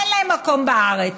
אין להם מקום בארץ.